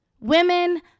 Women